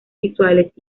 visuales